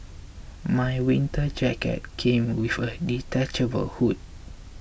my winter jacket came with a detachable hood